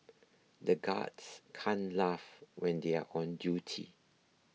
the guards can't laugh when they are on duty